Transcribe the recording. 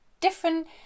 Different